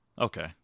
Okay